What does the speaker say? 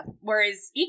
Whereas